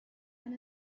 and